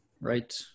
right